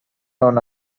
known